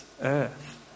earth